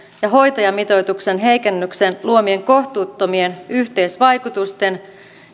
ja hoitajamitoituksen heikennyksen luomien kohtuuttomien yhteisvaikutusten